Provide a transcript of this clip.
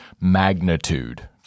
magnitude